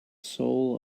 soul